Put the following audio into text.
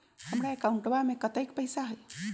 हमार अकाउंटवा में कतेइक पैसा हई?